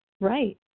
right